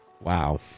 Wow